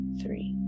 three